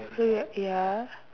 so ya